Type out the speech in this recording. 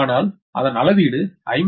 ஆனால் அதன் அளவீடு 57